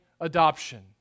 adoption